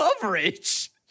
coverage